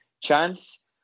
chance